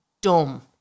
dumb